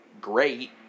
great